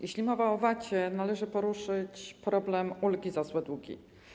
Jeśli mowa o VAT, należy poruszyć problem ulgi za złe długi.